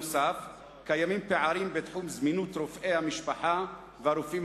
נוסף על כך קיימים פערים בתחום זמינות רופאי המשפחה והרופאים